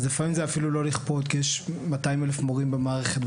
אז לפעמים זה אפילו לא לכפות כי יש 200,000 מורים במערכת,